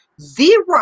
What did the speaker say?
zero